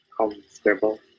comfortable